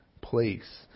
place